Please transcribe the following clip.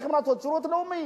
צריכים לעשות שירות לאומי.